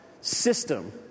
system